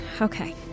okay